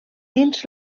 dins